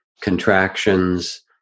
contractions